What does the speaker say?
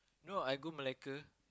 no I go Malacca